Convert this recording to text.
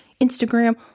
Instagram